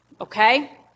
Okay